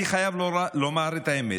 אני חייב לומר את האמת,